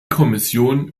kommission